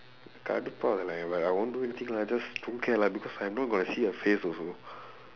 கடுப்பாவுது:kaduppaavuthu lah like I won't do anything lah just don't care lah because I know got to see her face also